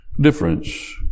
difference